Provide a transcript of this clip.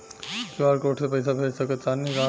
QR code से पईसा भेज सक तानी का?